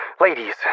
Ladies